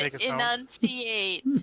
Enunciate